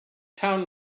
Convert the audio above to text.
town